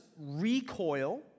recoil